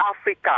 Africa